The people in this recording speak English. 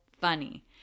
funny